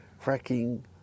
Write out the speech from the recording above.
fracking